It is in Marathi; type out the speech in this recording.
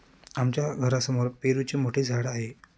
आमच्या घरासमोर पेरूचे मोठे झाड आहे